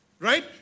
right